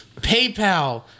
paypal